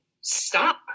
stop